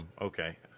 Okay